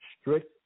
strict